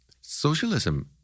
Socialism